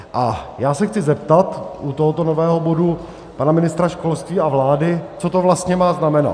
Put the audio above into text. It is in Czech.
A já se chci zeptat u tohoto nového bodu pana ministra školství a vlády, co to vlastně má znamenat.